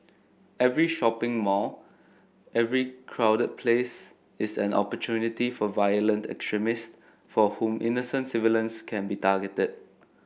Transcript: every shopping mall every crowded place is an opportunity for violent extremists for whom innocent civilians can be targeted